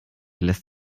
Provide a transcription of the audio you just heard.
lässt